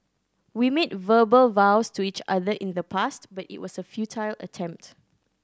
we made verbal vows to each other in the past but it was a futile attempt